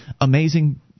amazing